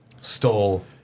stole